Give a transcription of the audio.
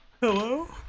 Hello